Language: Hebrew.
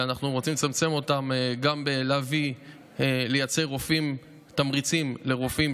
ואנחנו רוצים לצמצם אותם גם בלהביא ולייצר תמריצים לרופאים